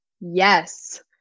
Yes